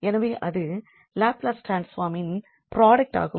எனவே அது லாப்லஸ் ட்ரான்ஸ்பார்மின் ப்ரொடக்ட் ஆகும்